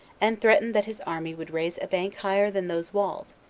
and threatened that his army would raise a bank higher than those walls,